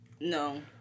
No